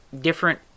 different